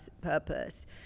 purpose